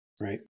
right